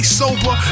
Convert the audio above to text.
sober